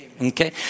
Okay